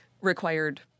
required